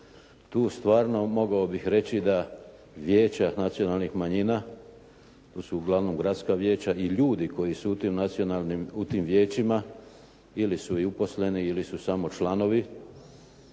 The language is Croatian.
Tu stvarno mogao bih reći da vijeća nacionalnih manjina, to su uglavnom gradska vijeća i ljudi koji su u tim vijećima ili su i uposleni ili su samo članovi